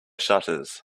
shutters